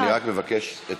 רויטל, אני רק מבקש את